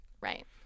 right